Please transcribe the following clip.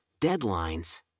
deadlines